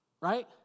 right